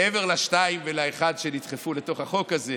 מעבר ל-2 ול-1 שנדחפו לתוך החוק הזה,